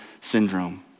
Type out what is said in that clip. syndrome